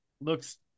Looks